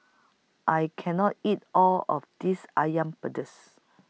I can't eat All of This Asam Pedas